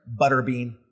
butterbean